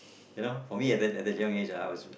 you know for me at that young age I was